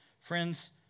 Friends